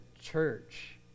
church